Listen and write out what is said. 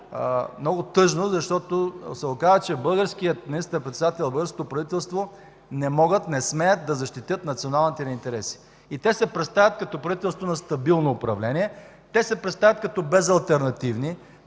много тъжно, защото се оказва, че българският министър-председател, Външното министерство не могат, не смеят да защитят националните ни интереси. И те се представят като правителство на стабилно управление, представят се като безалтернативни,